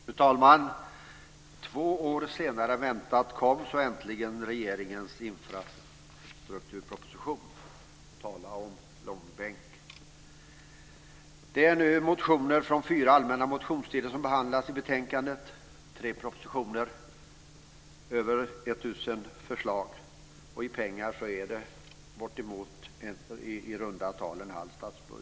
Fru talman! Två år senare än väntat kom så äntligen regeringens infrastrukturproposition. Tala om långbänk! Det är nu motioner från fyra allmänna motionstider, tre propositioner och över 1 000 förslag som behandlas i betänkandet. I pengar är det bortemot en halv statsbudget i runda tal.